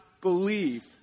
believe